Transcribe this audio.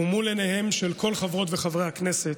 ומול עיניהם של כל חברות וחברי הכנסת,